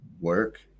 Work